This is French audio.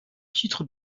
titres